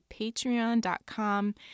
patreon.com